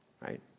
right